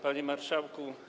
Panie Marszałku!